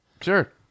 Sure